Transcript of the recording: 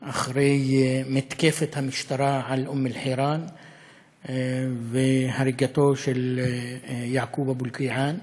אחרי מתקפת המשטרה על אום-אלחיראן והריגתו של יעקוב אבו אלקיעאן.